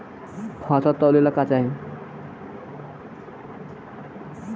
फसल तौले ला का चाही?